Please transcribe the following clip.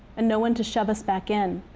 and no one to shove us back in,